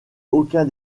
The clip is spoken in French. aucun